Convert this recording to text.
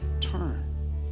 turn